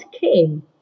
came